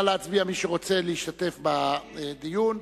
נא להצביע, מי שרוצה להשתתף בדיון.